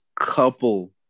couple